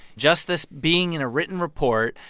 just this being in a written report,